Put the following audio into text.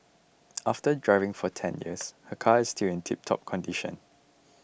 after driving for ten years her car is still in tiptop condition